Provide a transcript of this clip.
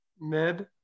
mid